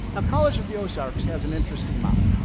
ah college of the ozarks has an interesting model.